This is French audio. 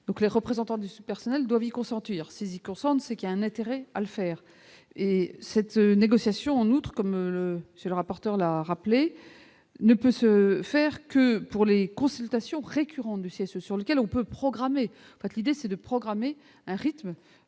donc les représentants du personnel doivent consentir consomme, c'est qu'il a un intérêt à le faire, et cette négociation, en outre, comme c'est le rapporteur a rappelé ne peut se faire que pour les consultations récurrent du ce sur lequel on peut programmer l'idée c'est de programmer un rythme